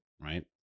right